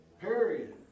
Period